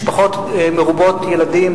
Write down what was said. משפחות מרובות ילדים,